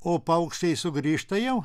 o paukščiai sugrįžta jau